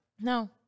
No